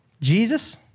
Jesus